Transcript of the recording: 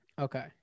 Okay